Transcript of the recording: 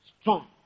Strong